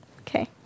Okay